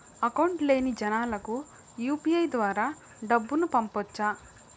Account లేని జనాలకు UPI ద్వారా డబ్బును పంపొచ్చా?